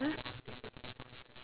!huh!